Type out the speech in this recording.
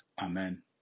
Amen